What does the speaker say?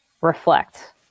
reflect